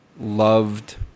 loved